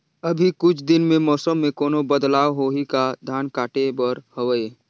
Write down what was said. अभी कुछ दिन मे मौसम मे कोनो बदलाव होही का? धान काटे बर हवय?